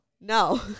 No